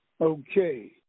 Okay